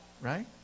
right